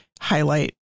highlight